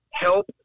help